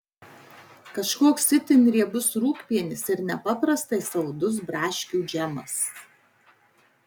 kažkoks itin riebus rūgpienis ir nepaprastai saldus braškių džemas